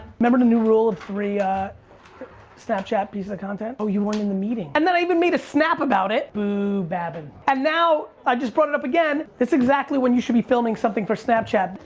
remember the new rule of three ah snapchat pieces of content? oh, you weren't in the meeting. and then i even made a snap about it. boo babin. and now, i just brought it up again. that's exactly when you should be filming something for snapchat.